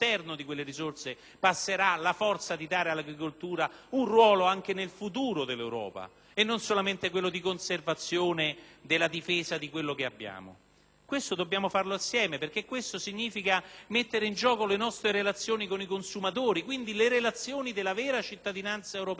la forza di dare all'agricoltura un ruolo anche nel futuro dell'Europa e non solamente per la conservazione e la difesa di ciò che abbiamo. Questo è un compito che dobbiamo svolgere assieme, perché significa mettere in gioco le nostre relazioni con i consumatori, ossia le relazioni con la vera cittadinanza europea del futuro.